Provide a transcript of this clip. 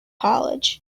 college